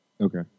Okay